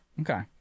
Okay